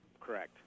Correct